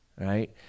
Right